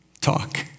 talk